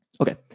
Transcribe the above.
okay